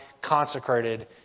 consecrated